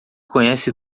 conhece